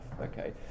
Okay